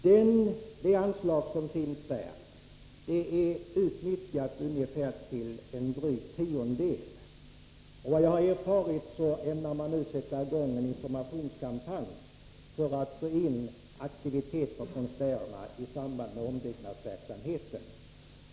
Detta anslag har utnyttjats till ungefär en dryg tiondel. Enligt vad jag har erfarit ämnar man nu sätta i gång en informationskampanj för att aktivera konstnärer i samband med ombyggnadsverksamheten.